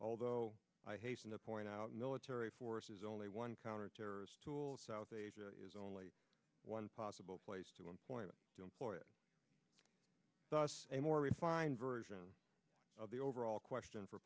although i hasten to point out military force is only one counterterrorist tool south asia is only one possible place to employment to employ it a more refined version of the overall question for